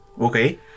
Okay